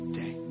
day